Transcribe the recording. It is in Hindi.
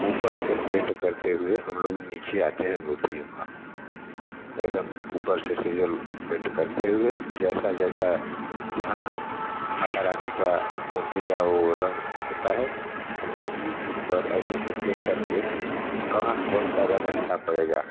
ऊपर से पेंट करते हुए हम लोग नीचे आते हैं मूर्तियों का एकदम ऊपर से सीरियल पेंट करते हुए जैसा जैसा जहाँ माता रानी का मूर्ति का वो रंग होता है हम लोग यूट्यूब पर ऐसे ऐसे देखकर के कि कहाँ कौन सा रंग अच्छा पड़ेगा